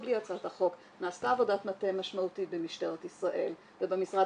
נעשתה עבודת מטה משמעותית במשטרת ישראל ובמשרד